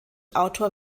autor